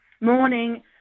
Morning